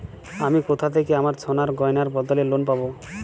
আমি কোথা থেকে আমার সোনার গয়নার বদলে লোন পাবো?